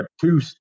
two